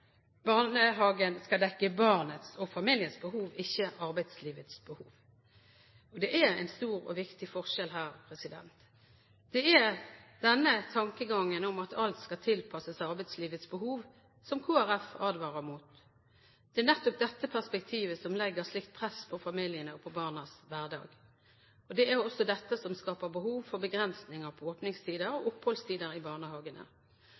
barnehagen skal dekke barnets og familiens behov, ikke arbeidslivets behov. Det er en stor og viktig forskjell her. Det er denne tankegangen om at alt skal tilpasses arbeidslivets behov som Kristelig Folkeparti advarer mot. Det er nettopp dette perspektivet som legger slikt press på familiene og på barnas hverdag. Og det er også dette som skaper behov for begrensninger på åpningstider og oppholdstider i barnehagene.